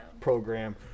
program